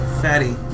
fatty